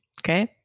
okay